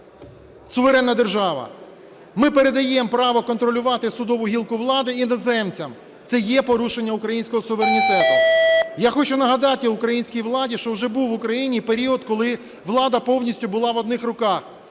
суверенна держава. Ми передаємо право контролювати судову гілку влади іноземцям – це є порушення українського суверенітету. Я хочу нагадати українській владі, що вже був в Україні період, коли влада повністю була в одних руках,